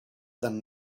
than